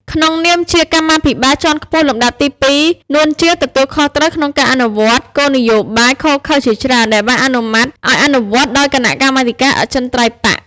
ក្នុងនាម ជាកម្មាភិបាលជាន់ខ្ពស់លំដាប់ទីពីរ នួន ជាទទួលខុសត្រូវក្នុងការអនុវត្ត គោលនយោបាយឃោរឃៅជាច្រើនដែលបានអនុម័តឱ្យអនុវត្តដោយ គណៈកម្មាធិការអចិន្ត្រៃយ៍បក្ស។